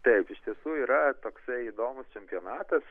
taip iš tiesų yra toksai įdomus čempionatas